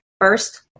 First